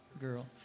Girl